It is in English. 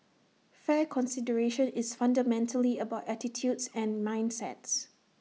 fair consideration is fundamentally about attitudes and mindsets